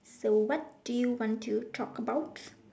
so what do you want to talk about